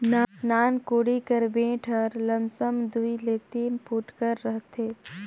नान कोड़ी कर बेठ हर लमसम दूई ले तीन फुट कर रहथे